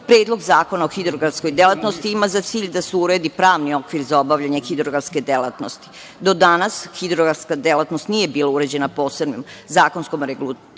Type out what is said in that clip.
sredine. Predlog zakona o hidrografskoj delatnosti ima za cilj da se uredi pravni okvir za obavljanje hidrografske delatnosti. Do danas hidrografska delatnost nije bila uređena posebnom zakonskom regulativom,